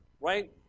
right